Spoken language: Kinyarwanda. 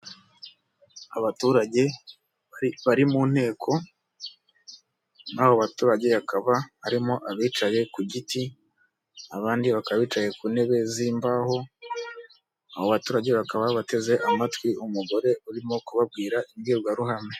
Abaturage bari mu nteko, muri abo baturage hakaba harimo abicaye ku giti, abandi bakaba bicaye ku ntebe z'imbaho, abo baturage bakaba bateze amatwi umugore urimo kubabwira imbwirwaruhame.